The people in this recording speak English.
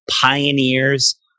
pioneers